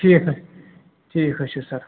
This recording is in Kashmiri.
ٹھیٖک حظ ٹھیٖک حظ چھُ سَر